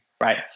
right